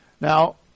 Now